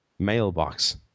mailbox